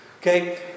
Okay